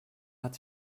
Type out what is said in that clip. hat